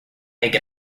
make